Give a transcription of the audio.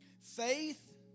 Faith